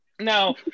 now